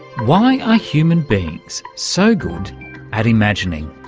why are human beings so good at imagining?